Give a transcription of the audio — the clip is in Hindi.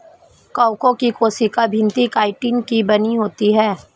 कवकों की कोशिका भित्ति काइटिन की बनी होती है